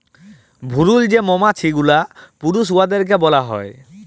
ভুরুল যে মমাছি গুলা পুরুষ উয়াদেরকে ব্যলা হ্যয়